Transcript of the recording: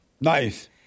Nice